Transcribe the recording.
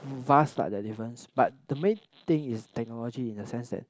vast lah their difference but the main thing is technology in a sense that